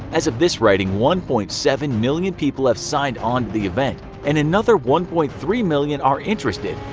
as of this writing, one point seven million people have signed on to the event, and another one point three million are interested.